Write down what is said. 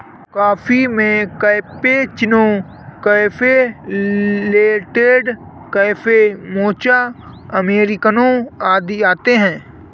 coffee में cappuccino, cafe latte, cafe mocha, अमेरिकनों आदि आते है